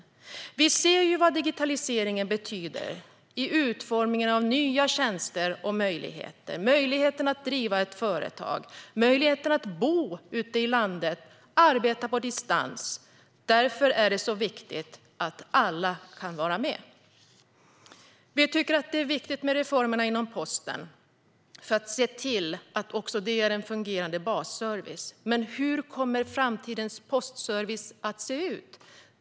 Vi ser vad digitaliseringen betyder i utformningen av nya tjänster och möjligheter. Det handlar om möjligheten att driva ett företag, att bo ute i landet och att arbeta på distans. Därför är det så viktigt att alla kan vara med. Det är viktigt med reformerna inom posten för att se till att det är en fungerande basservice. Men hur kommer framtidens postservice att se ut?